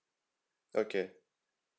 okay